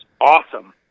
awesome